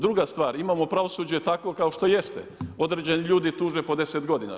Druga stvar, imamo pravosuđe takvo kao što jeste, određeni ljudi tuže po 10 godina.